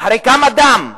אחרי כמה דם?